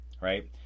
right